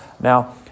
Now